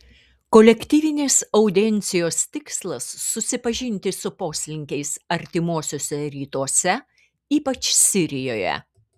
kolektyvinės audiencijos tikslas susipažinti su poslinkiais artimuosiuose rytuose ypač sirijoje